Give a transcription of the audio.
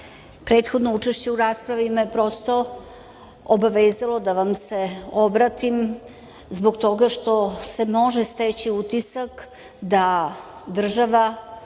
prethodno učešće u raspravi me je prosto obavezalo da vam se obratim zbog toga što se može steći utisak da država,